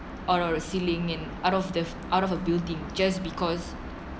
or a ceiling in out of the out of a building just because